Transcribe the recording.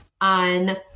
on